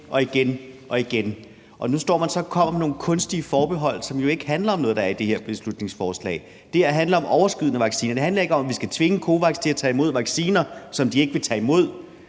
igen og igen, og nu står man så og kommer med nogle kunstige forbehold, som jo ikke handler om noget, der er i det her beslutningsforslag. Det her handler om overskydende vacciner, det handler ikke om, at vi skal tvinge COVAX til at tage imod vacciner, som de ikke vil tage imod.